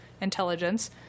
intelligence